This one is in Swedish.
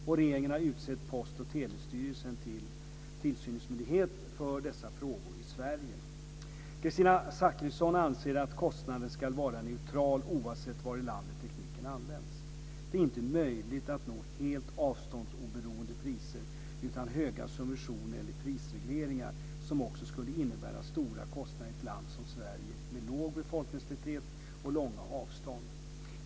Regeringen har utsett Post och telestyrelsen till tillsynsmyndighet för dessa frågor i Sverige. Kristina Zakrisson anser att kostnaden ska vara neutral oavsett var i landet tekniken används. Det är inte möjligt att nå helt avståndsoberoende priser utan höga subventioner eller prisregleringar som också skulle innebära stora kostnader i ett land som Sverige med låg befolkningstäthet och långa avstånd.